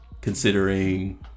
considering